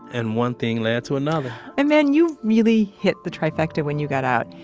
and one thing led to another and man, you really hit the trifecta when you got out.